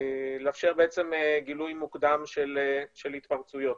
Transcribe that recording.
ולאפשר גילוי מוקדם של התפרצויות.